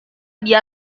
dia